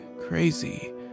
crazy